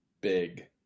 big